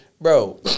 bro